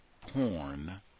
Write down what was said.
porn